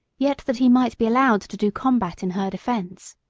yet that he might be allowed to do combat in her defence.